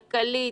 כלכלית,